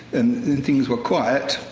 and then things were quiet,